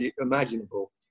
imaginable